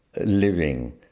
living